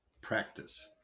Practice